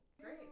Great